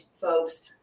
folks